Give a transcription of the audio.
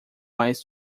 mais